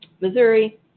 Missouri